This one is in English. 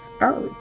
earth